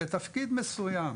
בתפקיד מסוים